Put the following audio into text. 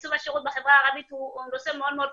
עיצוב השירות בחברה הערבית הוא נושא מאוד מאוד קריטי.